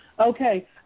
Okay